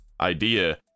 idea